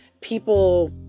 people